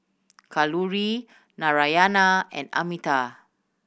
Kalluri Naraina and Amitabh